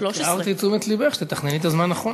13. רק הערתי את תשומת לבך, שתתכנני את הזמן נכון.